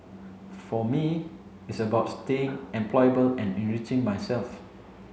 for me it's about staying employable and enriching myself